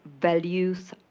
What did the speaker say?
values